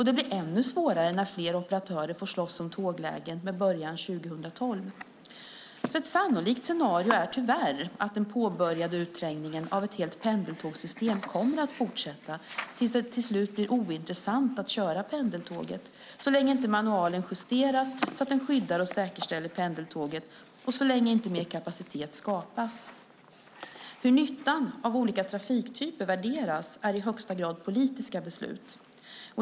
Det blir ännu svårare när fler operatörer får slåss om tåglägen med början 2012. Ett sannolikt scenario är tyvärr att den påbörjade utträngningen av ett helt pendeltågssystem kommer att fortsätta tills det till slut blir ointressant att köra pendeltåg - så länge inte manualen justeras så att den skyddar och säkerställer pendeltåget och så länge inte mer kapacitet skapas. Hur nyttan av olika trafiktyper värderas är i högsta grad politiska beslut.